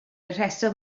rheswm